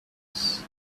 this